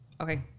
okay